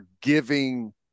giving